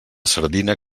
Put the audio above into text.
sardina